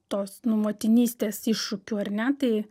tos nu motinystės iššūkių ar ne tai